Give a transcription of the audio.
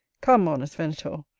come, honest venator,